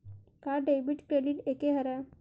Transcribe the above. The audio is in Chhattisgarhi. का डेबिट क्रेडिट एके हरय?